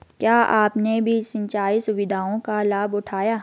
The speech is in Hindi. क्या आपने भी सिंचाई सुविधाओं का लाभ उठाया